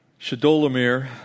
Shadolamir